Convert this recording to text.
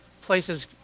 places